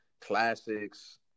classics